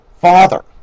Father